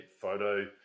photo